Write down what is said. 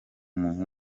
menshi